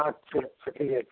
আচ্ছা আচ্ছা ঠিক আছে